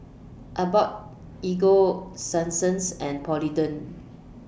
Abbott Ego Sunsense and Polident